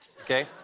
Okay